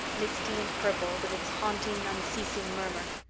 misty and purple, with its haunting, unceasing murmur.